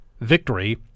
victory